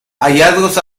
hallazgos